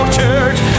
church